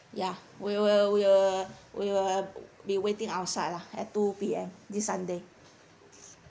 ya we will we will we will be waiting outside lah at two P_M this sunday